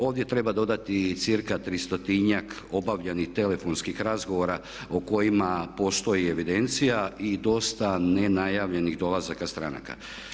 Ovdje treba dodati i cirka tristotinjak obavljenih telefonskih razgovora o kojima postoji evidencija i dosta nenajavljenih dolazaka stranaka.